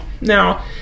now